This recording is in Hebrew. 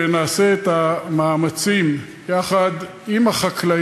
וזה עבד, וזה דגל נכון למקרי משבר, לא לכל יום.